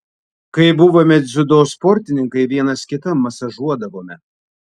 kai buvome dziudo sportininkai vienas kitą masažuodavome